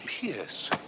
Pierce